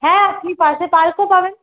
হ্যাঁ আপনি পাশে পার্কও পাবেন